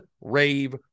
rave